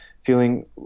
feeling